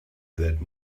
that